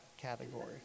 category